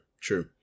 true